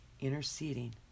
interceding